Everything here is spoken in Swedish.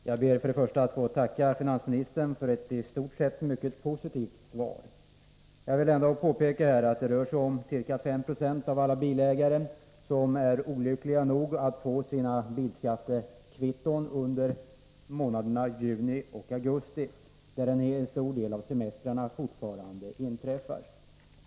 Herr talman! Jag ber först att få tacka finansministern för ett i stort sett mycket positivt svar. Jag vill ändå påpeka att det rör sig om 5 96 av alla bilägare som är olyckliga nog att få sina bilskattekvitton under månaderna juni och augusti, när en stor del av semestrarna fortfarande inträffar.